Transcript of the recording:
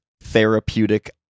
therapeutic